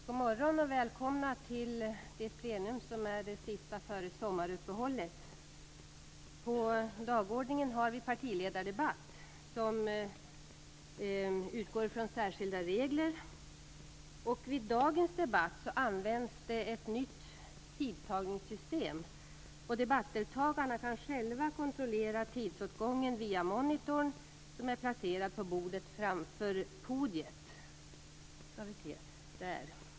Godmorgon och välkomna till sista plenum före sommaruppehållet. På dagordningen har vi partiledardebatt där särskilda regler tillämpas. Vid dagens debatt används ett nytt tidtagningssystem. Debattdeltagarna kan själva kontrollera tidsåtgången via monitorn, som är placerad på bordet framför podiet.